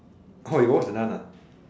oh you got watch the nun ah